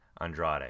Andrade